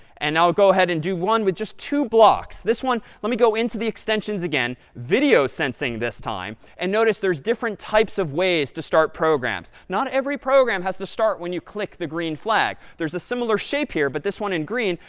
and i'll go ahead and do one with just two blocks. this one let me go into the extensions again, video sensing this time, and notice there's different types of ways to start programs. not every program has to start when you click the green flag. there's a similar shape here, but this one in green,